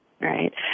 right